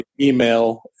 email